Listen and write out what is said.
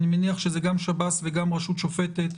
אני מניח שזה גם שב"ס וגם רשות שופטת,